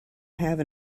have